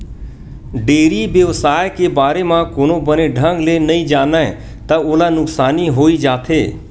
dairy बेवसाय के बारे म कोनो बने ढंग ले नइ जानय त ओला नुकसानी होइ जाथे